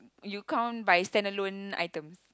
you count by stand-alone item